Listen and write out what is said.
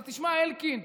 אז תשמע, אלקין,